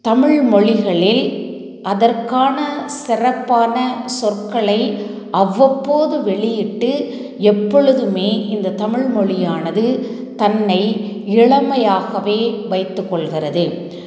தமிழ்மொழிகளில் அதற்கான சிறப்பான சொற்களை அவ்வப்போது வெளியிட்டு எப்பொழுதுமே இந்த தமிழ்மொழியானது தன்னை இளமையாகவே வைத்துகொள்கிறது